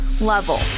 level